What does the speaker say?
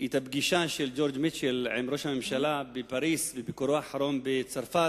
את הפגישה של ג'ורג' מיטשל עם ראש הממשלה בפריס בביקורו האחרון בצרפת